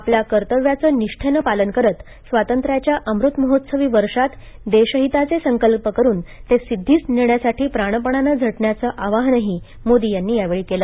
आपल्या कर्तव्यांचं निष्ठेनं पालन करत स्वातंत्र्याच्या अमृतमहोत्सवी वर्षात देशहिताचे संकल्प करून ते सिद्धीस नेण्यासाठी प्राणपणानं झटण्याचं आवाहनही मोदी यांनी केलं